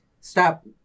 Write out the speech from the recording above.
Stop